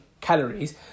calories